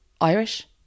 Irish